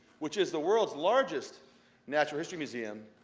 which is the world's largest natural history museum,